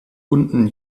unten